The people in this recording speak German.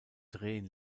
drehen